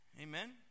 Amen